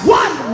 one